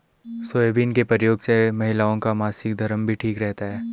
soybean के प्रयोग से महिलाओं का मासिक धर्म भी ठीक रहता है